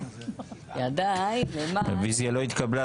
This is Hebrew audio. לא התקבלה.